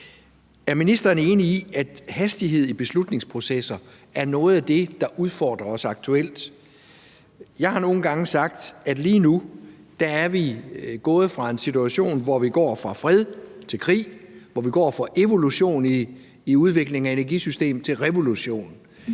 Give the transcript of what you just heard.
Er ministeren enig i, at hastigheden i beslutningsprocesser er noget af det, der udfordrer os aktuelt? Jeg har nogle gange sagt, at lige nu er vi gået fra en situation, hvor vi går fra fred til krig, hvor vi går fra evolution i udviklingen af energisystemet til revolution.